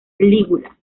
lígula